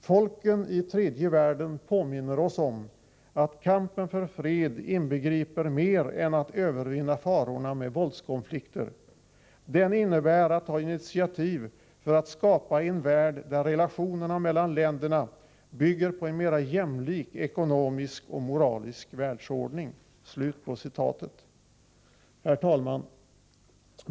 Folken i Tredje världen påminner oss om att kampen för fred inbegriper mer än att övervinna farorna med våldskonflikter. Den innebär att ta initiativ för att skapa en värld där relationerna mellan länderna bygger på en mera Herr talman!